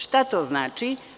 Šta to znači?